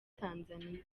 tanzania